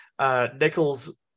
Nichols